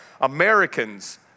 Americans